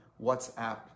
WhatsApp